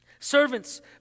Servants